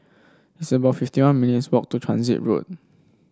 it's about fifty one minutes' walk to Transit Road